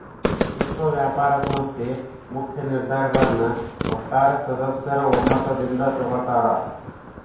ವಿಶ್ವ ವ್ಯಾಪಾರ ಸಂಸ್ಥೆ ಮುಖ್ಯ ನಿರ್ಧಾರಗಳನ್ನ ಒಟ್ಟಾರೆ ಸದಸ್ಯರ ಒಮ್ಮತದಿಂದ ತೊಗೊಳ್ತಾರಾ